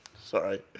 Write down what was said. Sorry